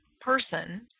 person